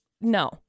No